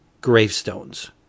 gravestones